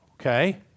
Okay